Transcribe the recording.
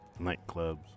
nightclubs